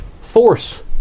force